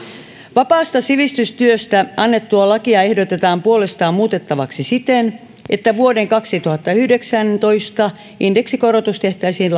vapaasta sivistystyöstä annettua lakia ehdotetaan puolestaan muutettavaksi siten että vuoden kaksituhattayhdeksäntoista indeksikorotus tehtäisiin